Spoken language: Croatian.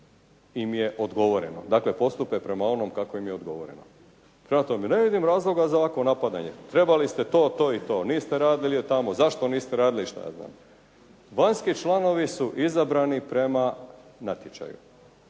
im je odgovoreno, dakle postupe prema onome kako im je odgovoreno. Prema tome, ne vidim razloga za ovakvo napadanje. Trebali ste to, to i to, niste radili tamo, zašto niste radili i šta ja znam. Vanjski članovi su izabrani prema natječaju,